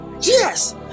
yes